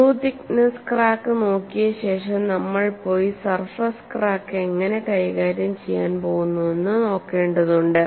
through thickness crack നോക്കിയ ശേഷം നമ്മൾ പോയി ഈ സർഫസ് ക്രാക്ക് എങ്ങനെ കൈകാര്യം ചെയ്യാൻ പോകുന്നുവെന്ന് നോക്കേണ്ടതുണ്ട്